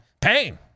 Pain